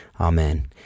Amen